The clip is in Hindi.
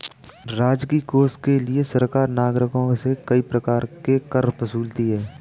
राजकीय कोष के लिए सरकार नागरिकों से कई प्रकार के कर वसूलती है